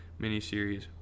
miniseries